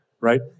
right